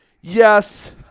Yes